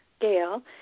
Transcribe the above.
Gail